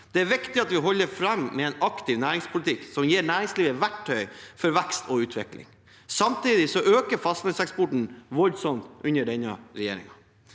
Det er viktig at vi holder fram med en aktiv næringslivspolitikk som gir næringslivet verktøy for vekst og utvikling. Samtidig øker fastlandseksporten voldsomt under denne regjeringen.